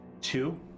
two